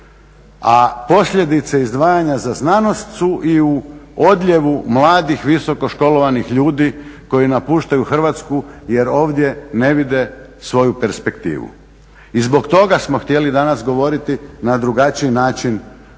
a posljedice izdvajanja za znanost su i u odljevu mladih, visoko školovanih ljudi koji napuštaju Hrvatsku jer ovdje ne vide svoju perspektivu. I zbog toga smo htjeli danas govoriti na drugačiji način